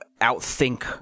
outthink